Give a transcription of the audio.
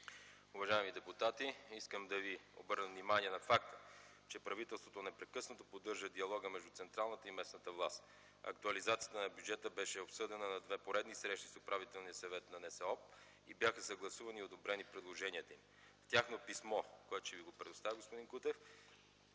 Уважаеми депутати, искам да Ви обърна внимание на факта, че правителството непрекъснато поддържа диалога между централната и местната власт. Актуализацията на бюджета беше обсъдена на две поредни срещи с Управителния съвет на Националното сдружение на общините в България и бяха съгласувани и одобрени предложенията им. В тяхно писмо, което ще Ви го предоставя, господин Кутев,